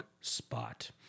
spot